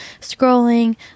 scrolling